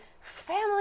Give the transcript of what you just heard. family